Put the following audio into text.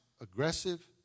aggressive